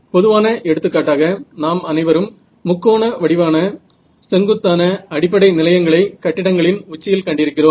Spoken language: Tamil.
பொதுவான எடுத்துக்காட்டாக நாம் அனைவரும் முக்கோண வடிவான செங்குத்தான அடிப்படை நிலையங்களை கட்டிடங்களின் உச்சியில் கண்டிருக்கிறோம்